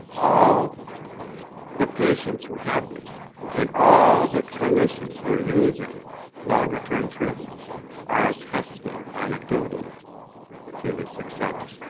all the patients who have this and all the conditions who are using longer term treatment are attesting anecdotally to the success.